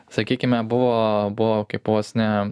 sakykime buvo buvo kaip vos ne